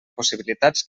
possibilitats